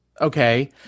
Okay